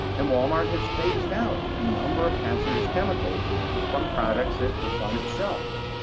and walmart has phased out a number of hazardous chemicals from products that it puts on its shelves,